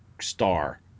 star